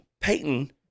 Peyton